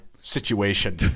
situation